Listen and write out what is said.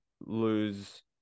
lose